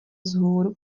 vzhůru